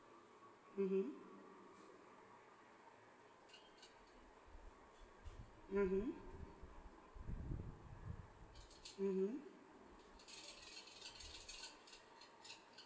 mmhmm mmhmm mmhmm